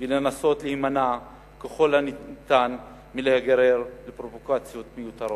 ולנסות להימנע ככל הניתן מלהיגרר לפרובוקציות מיותרות.